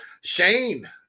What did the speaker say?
Shane